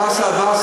לא, לא.